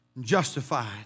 justified